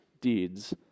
deeds